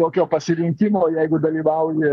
tokio pasirinkimo jeigu dalyvauji